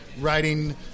writing